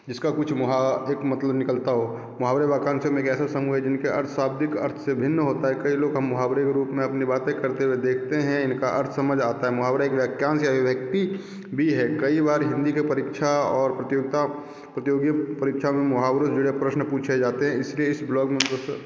जिसका कुछ एक मतलब निकलता हो मुहावरे के वाक्यांशो मे एक ऐसा समूह है जिनके अर्थ शाब्दिक अर्थ से भिन्न होता है कई लोग मुहावरे के रूप में अपने बाते करते हुए देखतें हैं इनका अर्थ समझ आता है मुहावरा एक वाक्यांश है अभिव्यक्ति भी है कई बार हिंदी के परीक्षा और प्रतियोगिता प्रतियोगियों परीक्षा में मुहावरों से जुड़े प्रश्न पूछे जाते हैं इसलिए इस ब्लॉक में उस